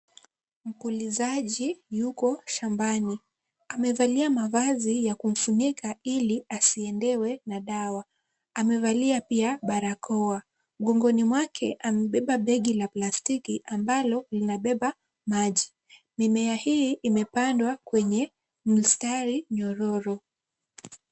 Mpulizaji yuko shambani, amevalia mavazi ya kumfunika ili asiendewe na dawa, amevalia pia barakoa, mgongoni mwake amebeba begi la plastiki ambalo linabeba maji, mimea hii imepandwa kwenye mstari nyororo.